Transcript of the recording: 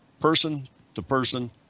person-to-person